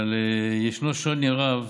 אבל ישנו שוני רב